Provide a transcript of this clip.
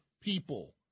people